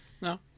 No